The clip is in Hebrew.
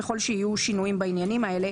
ככל שיהיו שינויים בעניינים האלה.